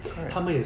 correct